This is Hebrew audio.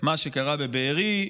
מה שקרה בבארי,